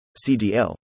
CDL